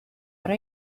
what